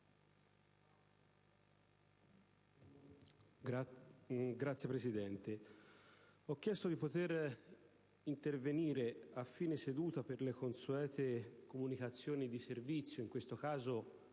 Signor Presidente, ho chiesto di intervenire a fine seduta per le consuete "comunicazioni di servizio", ma in questo caso